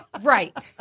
Right